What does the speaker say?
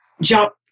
jump